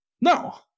No